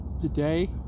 today